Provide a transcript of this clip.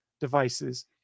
devices